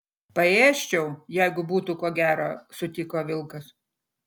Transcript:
paėsčiau jeigu būtų ko gero sutiko vilkas